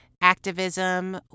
activism